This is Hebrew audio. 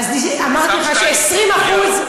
השר שטייניץ,